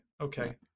okay